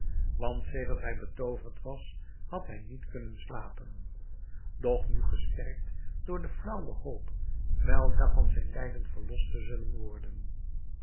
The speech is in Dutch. want sedert hij betooverd was had hij niet kunnen slapen doch nu gesterkt door de flaauwe hoop weldra van zijn lijden verlost te zullen worden